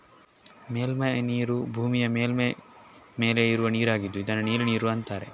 ಮೇಲ್ಮೈ ನೀರು ಭೂಮಿಯ ಮೇಲ್ಮೈ ಮೇಲೆ ಇರುವ ನೀರಾಗಿದ್ದು ಇದನ್ನ ನೀಲಿ ನೀರು ಅಂತಾರೆ